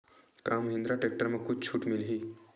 का महिंद्रा टेक्टर म कुछु छुट मिलही?